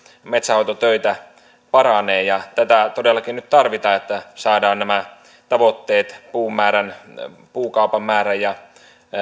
metsänhoitotöitä paranee tätä todellakin nyt tarvitaan että saavutetaan nämä tavoitteet puukaupan määrän osalta ja